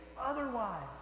otherwise